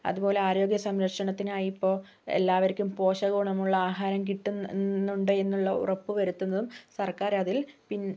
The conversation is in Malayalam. അതുപോലെ ആരോഗ്യ സംരക്ഷണത്തിനായി ഇപ്പോൾ എല്ലാവർക്കും പോഷകഗുണമുള്ള ആഹാരം കിട്ടുന്നുണ്ട് എന്നുള്ള ഉറപ്പുവരുത്തുന്നതും സർക്കാർ അതിൽ പിൻ